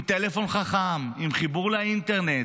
עם טלפון חכם, עם חיבור לאינטרנט,